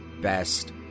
best